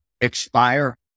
expire